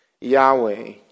Yahweh